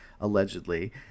allegedly